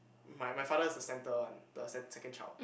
my my father is the center one the sec~ second child